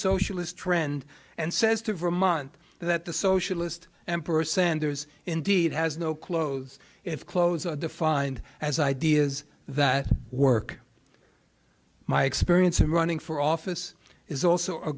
socialist trend and says to for a month that the socialist emperor sanders indeed has no clothes if clothes are defined as ideas that work my experience in running for office is also a